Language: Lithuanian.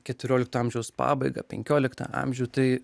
keturiolikto amžiaus pabaigą penkiolikta amžių tai